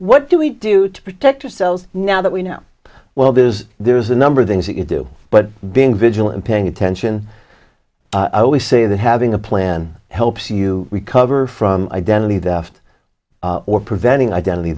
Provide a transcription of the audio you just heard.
what do we do to protect ourselves now that we know well there's there's a number of things that you do but being vigilant paying attention i always say that having a plan helps you recover from identity theft or preventing identity